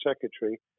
secretary